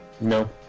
No